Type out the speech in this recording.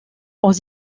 aux